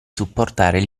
supportare